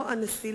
לא הנשיא